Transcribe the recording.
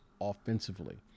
offensively